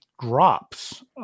drops